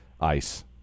ice